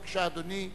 בבקשה, אדוני,